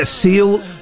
Seal